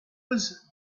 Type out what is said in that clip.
was